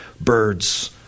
birds